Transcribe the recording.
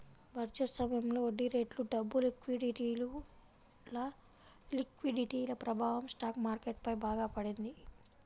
budget సమయంలో వడ్డీరేట్లు, డబ్బు లిక్విడిటీల ప్రభావం స్టాక్ మార్కెట్ పై బాగా పడింది